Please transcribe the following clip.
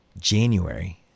January